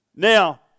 Now